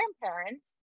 grandparents